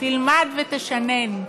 תלמד ותשנן,